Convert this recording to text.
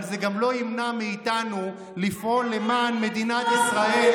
אבל זה גם לא ימנע מאיתנו לפעול למען מדינת ישראל